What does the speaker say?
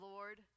Lord